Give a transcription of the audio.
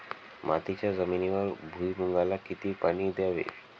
मातीच्या जमिनीवर भुईमूगाला किती पाणी द्यावे?